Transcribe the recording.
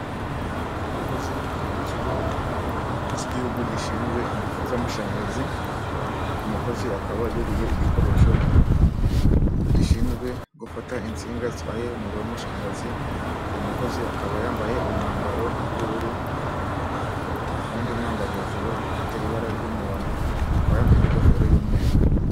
Umukozi w'ikigo cy'igihugu gishinzwe ingufu z'amashanyarazi ,uyu mukozi akaba yuriye igikoresho gishinzwe gufata insinga zitwaye umuriro w'amashanyarazi. Uyu mukozi akaba yambaye umwambaro w'ubururu n'undi mwambaro hejuru ufite ibara ry'umuhondo akaba yambaye n'ingofero y'umweru.